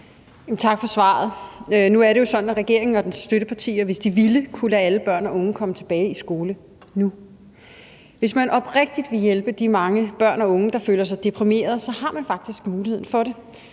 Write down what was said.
Tak for svaret. Nu er det jo sådan, at regeringen og dens støttepartier, hvis de ville, kunne lade alle børn og unge komme tilbage i skole nu. Hvis man oprigtigt vil hjælpe de mange børn og unge, der føler sig deprimerede, så har man faktisk muligheden for det,